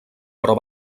però